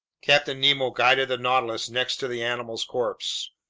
captain nemo guided the nautilus next to the animal's corpse.